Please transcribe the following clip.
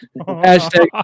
Hashtag